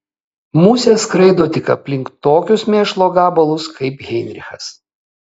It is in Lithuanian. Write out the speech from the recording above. musės skraido tik aplink tokius mėšlo gabalus kaip heinrichas